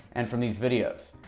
and from these videos,